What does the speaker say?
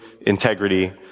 integrity